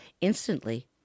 Instantly